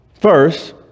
first